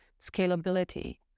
scalability